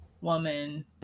woman